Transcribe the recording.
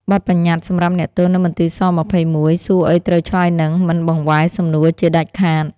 បទបញ្ញត្តិ សម្រាប់អ្នកទោសនៅមន្ទីរ ស-២១ សួរអីត្រូវឆ្លើយនឹង មិនបង្វែរសំនួរជាដាច់ខាត។